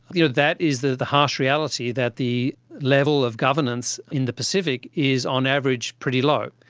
you know that is the the harsh reality that the level of governance in the pacific is on average pretty low,